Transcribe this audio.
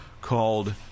called